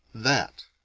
that.